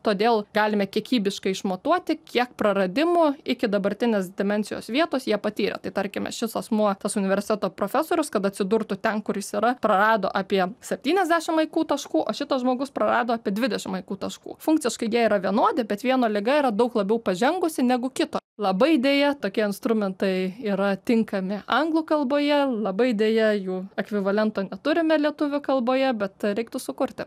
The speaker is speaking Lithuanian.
todėl galime kiekybiškai išmatuoti kiek praradimų iki dabartinės demencijos vietos jie patyrė tai tarkime šis asmuo tas universiteto profesorius kad atsidurtų ten kur jis yra prarado apie septyniasdešim aikų taškų o šitas žmogus prarado apie dvidešim aiku taškų funkciškai jie yra vienodi bet vieno liga yra daug labiau pažengusi negu kito labai deja tokie instrumentai yra tinkami anglų kalboje labai deja jų ekvivalento neturime lietuvių kalboje bet reiktų sukurti